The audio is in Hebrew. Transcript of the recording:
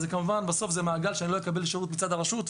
אז בסוף זה מעגל שאני לא אקבל שירות מצד הרשות,